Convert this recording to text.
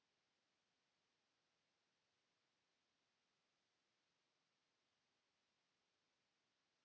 Kiitos!